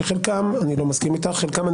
שעל חלקם אני לא מסכים איתך וחלקם אני